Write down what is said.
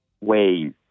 ways